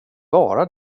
vara